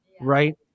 right